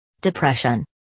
Depression